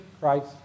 Christ